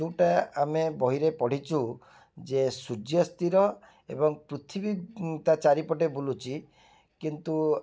ଯୋଉଟା ଆମେ ବହିରେ ପଢ଼ିଚୁ ଯେ ସୂର୍ଯ୍ୟ ସ୍ଥିର ଏବଂ ପୃଥିବୀ ତା ଚାରିପଟେ ବୁଲୁଛି କିନ୍ତୁ